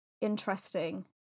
interesting